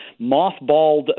mothballed